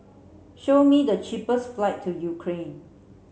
show me the cheapest flights to Ukraine